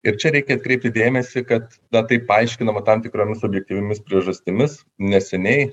ir čia reikia atkreipti dėmesį kad na tai paaiškinama tam tikromis objektyviomis priežastimis neseniai